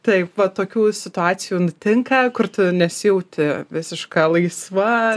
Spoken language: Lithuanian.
taip va tokių situacijų nutinka kur tu nesijauti visiška laisva